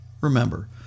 Remember